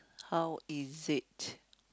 how is it